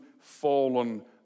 fallen